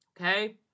okay